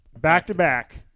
back-to-back